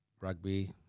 rugby